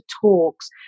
talks